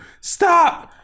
Stop